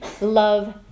love